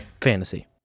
Fantasy